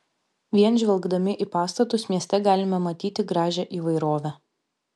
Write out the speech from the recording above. vien žvelgdami į pastatus mieste galime matyti gražią įvairovę